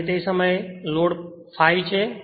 અને તે સમયે લોડ 5 છે